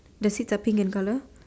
the seats are pink in colour